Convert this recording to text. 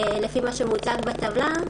לפי מה שמוצג בטבלה,